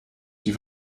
die